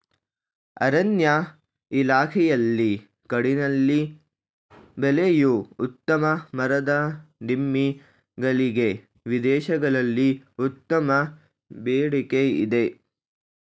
ಅರಣ್ಯ ಇಲಾಖೆಯಲ್ಲಿ ಕಾಡಿನಲ್ಲಿ ಬೆಳೆಯೂ ಉತ್ತಮ ಮರದ ದಿಮ್ಮಿ ಗಳಿಗೆ ವಿದೇಶಗಳಲ್ಲಿ ಉತ್ತಮ ಬೇಡಿಕೆ ಇದೆ